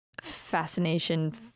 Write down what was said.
fascination